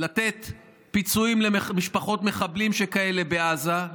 לתת פיצויים למשפחות מחבלים שכאלה בעזה,